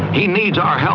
he needs our help.